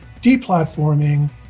deplatforming